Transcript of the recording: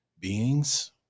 beings